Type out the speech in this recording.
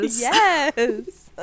Yes